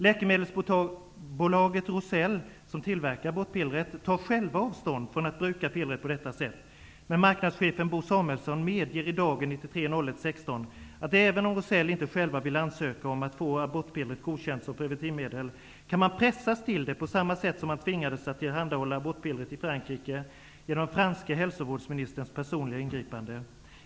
Läkemedelsbolaget Roussel, som tillverkar abortpillret, tar själva avstånd från att bruka pillret på detta sätt, men marknadschefen Bo Samuelsson medger i Dagen 16 januari l993 att även om Roussel inte själva vill ansöka om att få abortpillret godkänt som preventivmedel, kan man pressas till det, på samma sätt som man tvingades att tillhandahålla abortpillret i Frankrike genom den franske hälsovårdsministerns personliga ingripande.